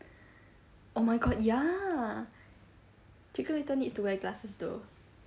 oh my god ya chicken-little needs to wear glasses though